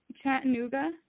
Chattanooga